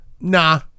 nah